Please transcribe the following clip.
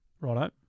Righto